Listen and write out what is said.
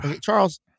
Charles